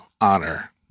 honor